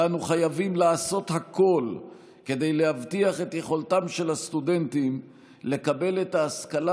ואנו חייבים לעשות הכול כדי להבטיח את יכולתם של הסטודנטים לקבל את ההשכלה